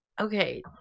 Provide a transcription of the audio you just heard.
okay